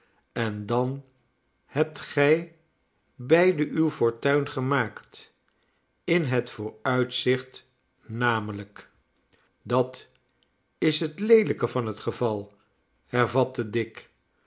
en dan hebt gij beide uw fortuin gemaakt in het vooruitzicht namelijk dat is het leelijke van het geval hervatte dick